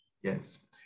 Yes